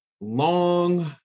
long